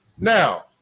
Now